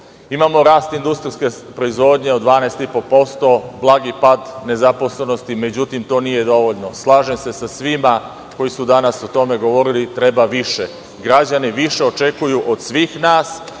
Imamo rast industrijske proizvodnje od 12,5%, blagi pad nezaposlenosti. Međutim, to nije dovoljno. Slažem se sa svima koji su danas o tome govorili. Treba više. Građani više očekuju od svih nas,